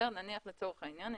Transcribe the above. נניח לצורך העניין,